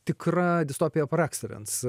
tikra distopija par aksidens